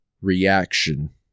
reaction